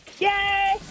Yay